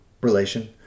relation